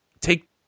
take